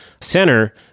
center